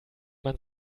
man